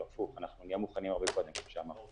הפוך, אנחנו נהיה מוכנים הרבה קודם, כפי שאמרתי.